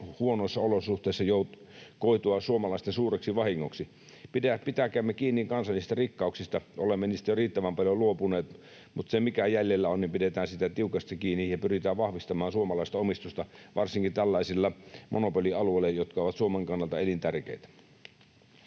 huonoissa olosuhteissa koitua suomalaisten suureksi vahingoksi. Pitäkäämme kiinni kansallisista rikkauksista. Olemme niistä jo riittävän paljon luopuneet, mutta pidetään siitä, mitä jäljellä on, tiukasti kiinni ja pyritään vahvistamaan suomalaista omistusta varsinkin tällaisilla monopolialueilla, jotka ovat Suomen kannalta elintärkeitä.